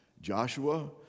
Joshua